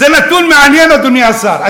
זה נתון מעניין, אדוני השר.